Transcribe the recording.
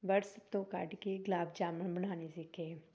WhatsApp ਤੋਂ ਕੱਢ ਕੇ ਗੁਲਾਬ ਜਾਮਣ ਬਣਾਉਣੇ ਸਿੱਖੇ